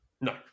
No